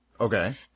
Okay